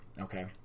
okay